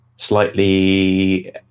Slightly